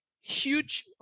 huge